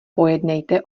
pojednejte